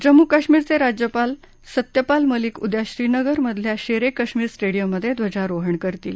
जम्मू काश्मीरचे राज्यपाल सत्यपाल मलिक उद्या श्रीनगर मधल्या शेर काश्मीर स्टेडियममध्ये ध्वजारोहण करतील